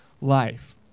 life